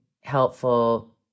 helpful